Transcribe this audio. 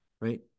right